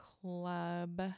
club